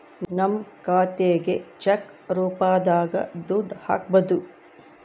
ನಮ್ ಖಾತೆಗೆ ಚೆಕ್ ರೂಪದಾಗ ದುಡ್ಡು ಹಕ್ಬೋದು